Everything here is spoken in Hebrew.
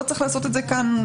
לא צריך לעשות את זה כאן.